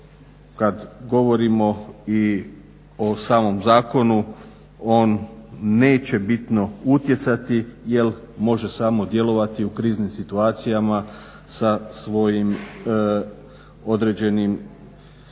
kad govorimo i o samom zakonu on neće bitno utjecati jer može samo djelovati u kriznim situacijama sa svojim određenim upozorenjima